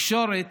התקשורת